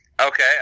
Okay